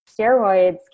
steroids